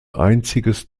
einziges